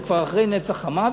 זה כבר אחרי הנץ החמה,